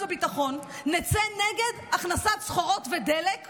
והביטחון נצא נגד הכנסת סחורות ודלק לעזה,